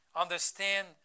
understand